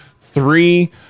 three